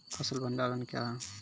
फसल भंडारण क्या हैं?